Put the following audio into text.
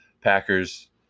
Packers